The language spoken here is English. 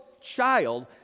child